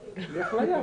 יואב.